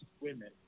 women